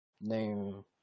name